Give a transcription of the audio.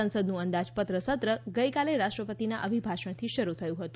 સંસદનું અંદાજપત્ર સત્ર ગઇકાલે રાષ્ટ્રપતિનાં અભિભાષણથી શરૂ થયું હતું